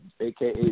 aka